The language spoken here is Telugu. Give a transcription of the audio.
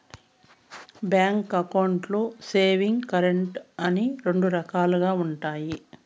బ్యాంక్ అకౌంట్లు సేవింగ్స్, కరెంట్ అని రెండు రకాలుగా ఉంటాయి